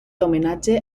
homenatge